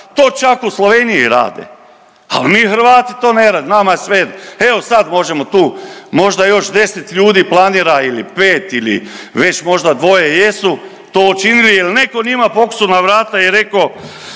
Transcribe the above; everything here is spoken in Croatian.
To čak u Sloveniji rade, ali mi Hrvati to ne radimo, nama je svejedno. Evo sad možemo tu možda još 10 ljudi planira ili pet ili već možda dvoje jesu to učinili. Jel' netko njima pokucao na vrata i rekao